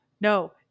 No